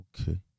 okay